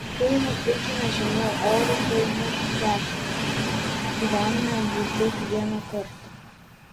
kai nupigina žemiau euro paimu kekę gyvename gi tik vieną kartą